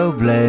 Loveless